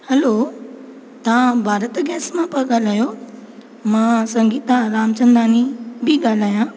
हलो तव्हां भारत गैस मां पिया ॻाल्हायो मां संगीता रामचंदानी बि ॻाल्हायां